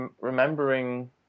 remembering